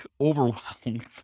overwhelmed